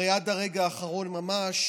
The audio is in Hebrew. הרי עד הרגע האחרון ממש